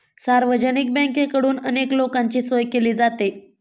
सार्वजनिक बँकेकडून अनेक लोकांची सोय केली जाते